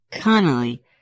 Connolly